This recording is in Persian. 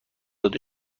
داده